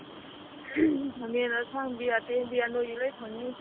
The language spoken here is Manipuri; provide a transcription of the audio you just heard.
ꯈꯥꯃꯦꯟ ꯑꯁꯥꯡꯕꯤ ꯑꯇꯦꯟꯕꯤ ꯑꯅꯣꯏꯕꯤ ꯂꯣꯏ ꯐꯪꯅꯤ